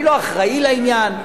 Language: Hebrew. אני לא אחראי לעניין,